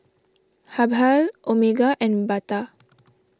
Habhal Omega and Bata